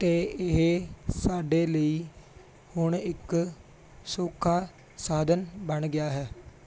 ਅਤੇ ਇਹ ਸਾਡੇ ਲਈ ਹੁਣ ਇੱਕ ਸੌਖਾ ਸਾਧਨ ਬਣ ਗਿਆ ਹੈ